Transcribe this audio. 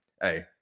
Hey